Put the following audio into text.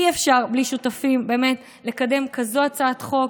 אי-אפשר בלי שותפים לקדם כזאת הצעת חוק,